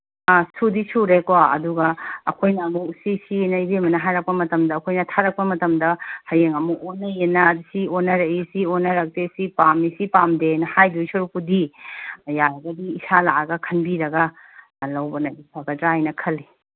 ꯑ ꯁꯨꯗꯤ ꯁꯨꯔꯦꯀꯣ ꯑꯗꯨꯒ ꯑꯩꯈꯣꯏꯅ ꯑꯃꯨꯛ ꯁꯤ ꯁꯤꯅ ꯏꯕꯦꯝꯃꯅ ꯍꯥꯏꯔꯛꯄ ꯃꯇꯝꯗ ꯑꯩꯈꯣꯏꯅ ꯊꯥꯔꯛꯄ ꯃꯇꯝꯗ ꯍꯌꯦꯡ ꯑꯃꯨꯛ ꯑꯣꯟꯅꯩꯌꯦꯅ ꯁꯤ ꯑꯣꯟꯅꯔꯛꯏ ꯁꯤ ꯑꯣꯟꯅꯔꯛꯇꯦ ꯁꯤ ꯄꯥꯝꯃꯤ ꯁꯤ ꯄꯥꯝꯗꯦꯅ ꯍꯥꯏꯗꯣꯏ ꯁꯔꯨꯛꯄꯨꯗꯤ ꯌꯥꯔꯒꯗꯤ ꯏꯁꯥ ꯂꯥꯛꯑꯒ ꯈꯟꯕꯤꯔꯒ ꯂꯧꯕꯅꯗꯤ ꯐꯒꯗ꯭ꯔꯥꯅ ꯈꯜꯂꯤ